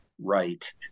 right